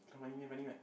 not funny meh funny what